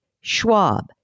Schwab